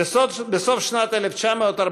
בסוף שנת 1949